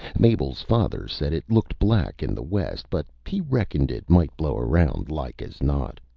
mabel's father said it looked black in the west, but he reckoned it might blow around, like as not.